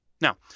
Now